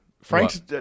Frank's